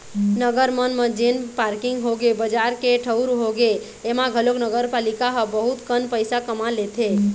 नगर मन म जेन पारकिंग होगे, बजार के ठऊर होगे, ऐमा घलोक नगरपालिका ह बहुत कन पइसा कमा लेथे